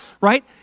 right